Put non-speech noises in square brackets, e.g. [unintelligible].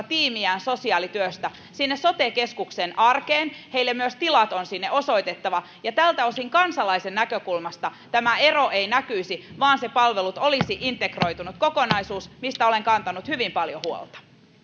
[unintelligible] tiimiään sosiaalityössä sinne sote keskuksen arkeen heille on osoitettava sinne myös tilat ja tältä osin kansalaisen näkökulmasta tämä ero ei näkyisi vaan ne palvelut olisivat integroitunut kokonaisuus mistä olen kantanut hyvin paljon huolta